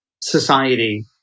society